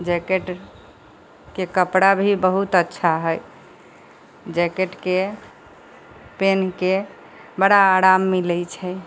जैकेटके कपड़ा भी बहुत अच्छा हइ जैकेटके पहनके बड़ा आराम मिलै छै